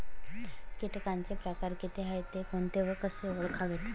किटकांचे प्रकार किती आहेत, ते कोणते व कसे ओळखावे?